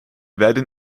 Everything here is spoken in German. werden